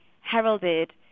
heralded